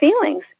feelings